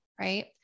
right